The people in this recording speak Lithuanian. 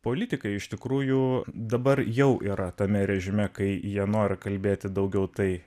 politikai iš tikrųjų dabar jau yra tame režime kai jie nori kalbėti daugiau tai